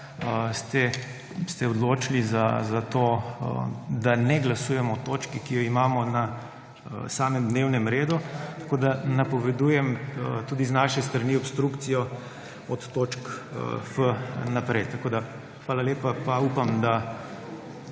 ste odločili, da ne glasujemo o točki, ki jo imamo na samem dnevnem redu, napovedujem tudi z naše strani obstrukcijo od točk f naprej. Hvala lepa. Upam, da